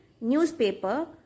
newspaper